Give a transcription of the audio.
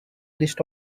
list